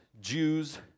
Jews